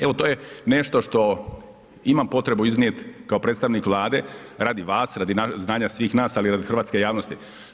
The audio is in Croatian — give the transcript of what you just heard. Evo, to je nešto što imam potrebu iznijeti kao predstavnik Vlade, radi vas, radi znanja svih nas, ali i radi hrvatske javnosti.